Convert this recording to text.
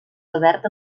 albert